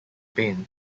pain